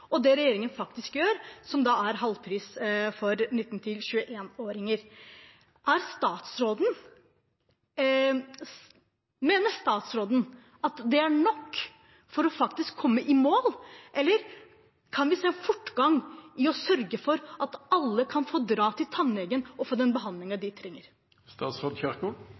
og det regjeringen faktisk gjør, som da er halv pris for 19- til 21-åringer. Mener statsråden at det er nok for faktisk å komme i mål, eller kan vi få fortgang i å sørge for at alle kan dra til tannlegen og få den behandlingen de